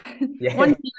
One